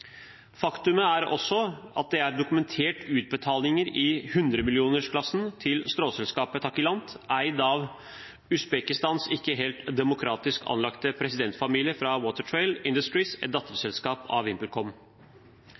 er også at det er dokumentert utbetalinger i hundremillionersklassen til stråselskapet Takilant, eid av Usbekistans ikke helt demokratisk anlagte presidentfamilie fra Watertrail Industries, et datterselskap av VimpelCom.